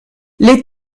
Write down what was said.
les